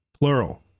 plural